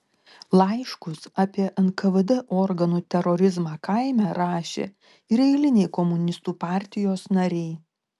laiškus apie nkvd organų terorizmą kaime rašė ir eiliniai komunistų partijos nariai